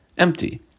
empty